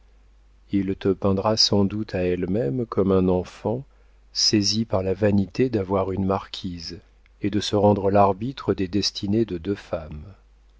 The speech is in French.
il te peindra sans doute à elle-même comme un enfant saisi par la vanité d'avoir une marquise et de se rendre l'arbitre des destinées de deux femmes